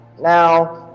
now